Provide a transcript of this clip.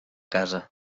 casa